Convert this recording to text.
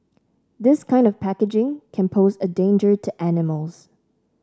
this kind of packaging can pose a danger to animals